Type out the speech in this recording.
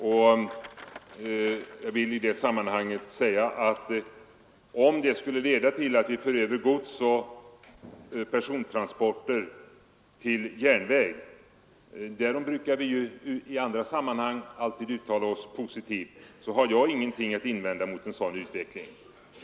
Jag vill också säga att om detta skulle leda till ett överförande av godsoch persontransporter till järnväg — därom brukar vi ju i andra sammanhang alltid uttala oss positivt — har jag ingenting att invända emot en sådan utveckling.